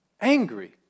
angry